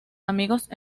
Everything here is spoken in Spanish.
amigos